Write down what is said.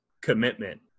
commitment